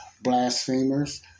blasphemers